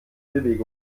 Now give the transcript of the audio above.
bewegung